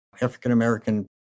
African-American